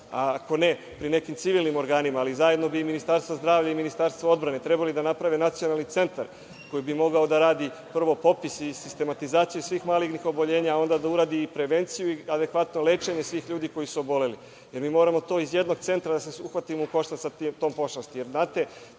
ako ne, pri nekim civilnim organima, ali zajedno bi Ministarstvo zdravlja i Ministarstvo odbrane trebali da naprave nacionalni centar koji bi mogao da radi popis i sistematizaciju svih malignih oboljenja, pa onda da uradi prevenciju i adekvatno lečenje ljudi koji su oboleli. Mi moramo iz jednog centra da se uhvatimo u koštac sa tom pošasti. Znate,